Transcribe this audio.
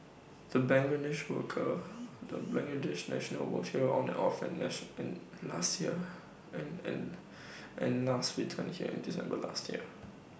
the Bangladesh worker the Bangladesh national worked here on and off and last returned here in December last year